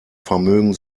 vermögen